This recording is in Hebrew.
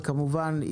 וכמובן,